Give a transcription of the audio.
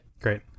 Great